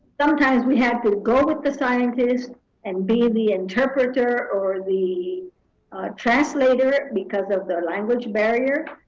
sometimes we had to go with the scientist and be the interpreter or the translator because of the language barrier.